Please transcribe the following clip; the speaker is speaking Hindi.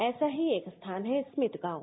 ऐसा ही एक स्थान है स्मित गांव